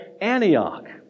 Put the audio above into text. Antioch